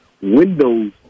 windows